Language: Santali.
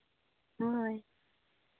ᱦᱳᱭ